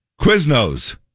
Quiznos